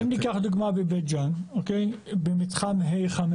אם ניקח דוגמה בבית ג'אן במתחם ה-5,